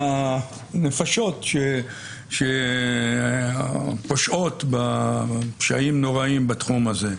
אז הנפשות שפושעות בפשעים נוראים בתחום הזה,